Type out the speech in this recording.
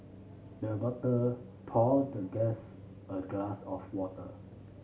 the butler poured the guest a glass of water